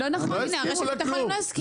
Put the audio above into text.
לא נכון , רשת ביטחון הם לא הסכימו.